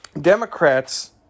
Democrats